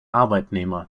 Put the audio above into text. arbeitnehmer